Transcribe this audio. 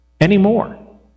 anymore